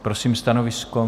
Prosím stanovisko.